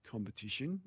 competition